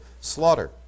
slaughter